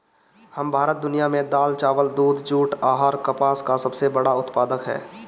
भारत दुनिया में दाल चावल दूध जूट आउर कपास का सबसे बड़ा उत्पादक ह